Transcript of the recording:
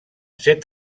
set